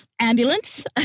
ambulance